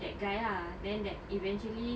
that guy ah then that eventually